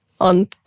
on